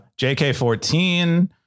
JK14